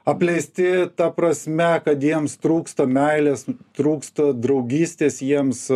apleisti ta prasme kad jiems trūksta meilės trūksta draugystės jiems